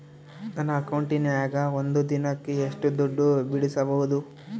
ನನ್ನ ಅಕೌಂಟಿನ್ಯಾಗ ಒಂದು ದಿನಕ್ಕ ಎಷ್ಟು ದುಡ್ಡು ಬಿಡಿಸಬಹುದು?